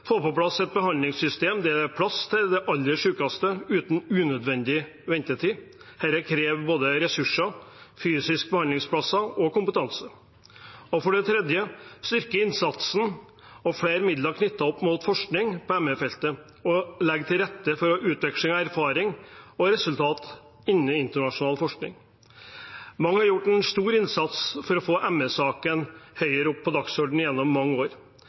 få på plass et behandlingssystem der det er plass til de aller sykeste uten unødvendig ventetid. Dette krever både ressurser, fysiske behandlingsplasser og kompetanse. For det tredje vil vi styrke innsatsen, få flere midler knyttet opp mot forskning på ME-feltet, og legge til rette for utveksling av erfaringer og resultater innen internasjonal forskning. Mange har gjort en stor innsats for å få ME-saken høyere opp på dagsordenen gjennom mange år.